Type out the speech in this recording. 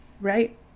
right